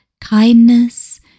kindness